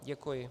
Děkuji.